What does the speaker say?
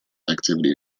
activity